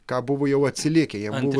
ką buvo jau atsilikę jie buvo